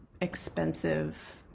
expensive